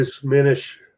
diminish